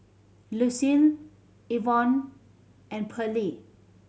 Lucile Evon and Pearley